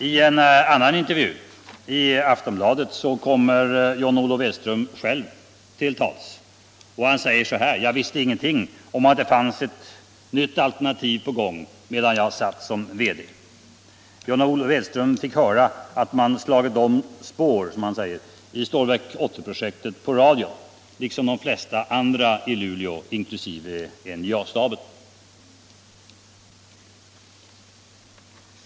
I en annan intervju, i Aftonbladet, kommer John Olof Edström själv till tals, och han säger: ”Jag visste ingenting om att det fanns ett nytt alternativ på gång medan jag satt som VD.” John Olof Edström fick höra att man ”slagit om spår”, som han uttrycker det, i Stålverk 80-projektet på radio, liksom de flesta andra i Luleå, inkl. NJA-staben.